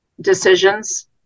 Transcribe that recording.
decisions